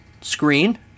screen